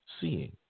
seeing